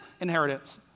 inheritance